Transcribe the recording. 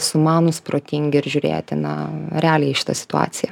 sumanūs protingi ir žiūrėti na realiai į šitą situaciją